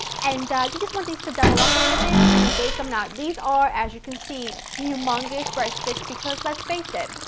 and you just want these to double up a little bit before we bake them now these are, as you can see, humongous breadsticks, because let's face it,